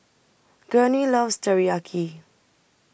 Gurney loves Teriyaki